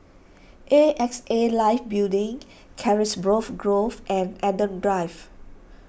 A X A Life Building Carisbrooke Grove and Adam Drive